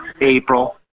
April